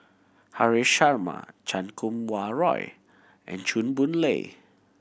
Haresh Sharma Chan Kum Wah Roy and Chew Boon Lay